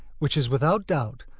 which is without doubt,